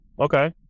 Okay